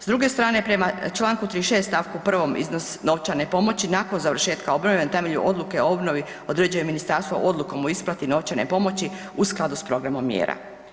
S druge strane, prema čl. 36. st. 1. iznos novčane pomoći nakon završetka obnove na temelju odluke o obnovi određuje ministarstvo odlukom o isplati novčane pomoći u skladu s programom mjera.